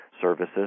services